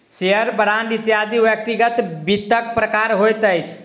share, bond इत्यादि व्यक्तिगत वित्तक प्रकार होइत अछि